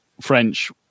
French